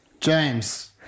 James